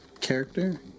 character